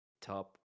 top